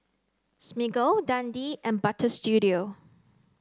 Smiggle Dundee and Butter Studio